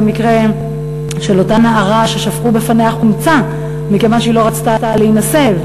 המקרה של אותה נערה ששפכו על פניה חומצה מכיוון שהיא לא רצתה להינשא,